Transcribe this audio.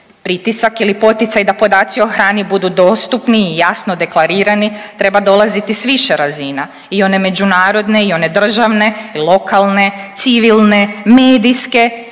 Pritisak ili poticaj da podaci o hrani budu dostupni i jasno deklarirani treba dolazit s više razina i one međunarodne i one državne, lokalne, civilne, medijske